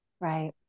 Right